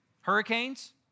Hurricanes